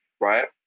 right